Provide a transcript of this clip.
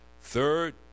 third